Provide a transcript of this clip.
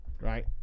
right